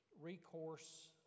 recourse